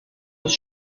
des